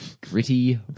Gritty